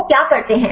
वो क्या करते है